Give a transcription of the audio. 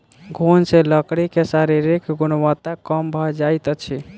घुन सॅ लकड़ी के शारीरिक गुणवत्ता कम भ जाइत अछि